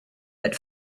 but